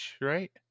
right